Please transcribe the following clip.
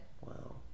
Wow